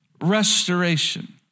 restoration